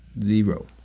Zero